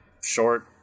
short